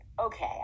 okay